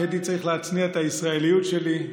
כשהייתי צריך להצניע את הישראליות שלי.